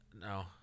No